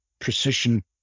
precision